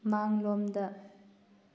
ꯃꯥꯡꯂꯣꯝꯗ